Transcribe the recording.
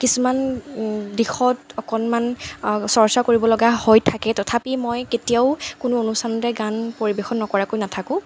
কিছুমান দিশত অকণমান চৰ্চা কৰিবলগা হৈ থাকে তথাপি মই কেতিয়াও কোনো অনুষ্ঠানতে গান পৰিৱেশন নকৰাকৈ নাথাকোঁ